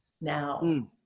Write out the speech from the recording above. now